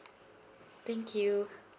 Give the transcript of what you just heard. thank you